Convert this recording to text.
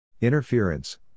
Interference